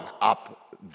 up